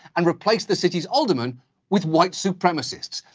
and replaced the city's alderman with white supremacists.